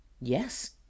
Yes